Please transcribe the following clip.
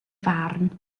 farn